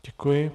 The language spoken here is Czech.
Děkuji.